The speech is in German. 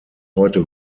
heute